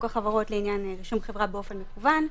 החברות לעניין רישום חברה באופן מקוון.